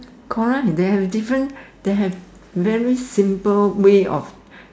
correct they have different they have very simple way of